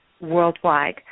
worldwide